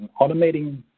automating